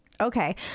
Okay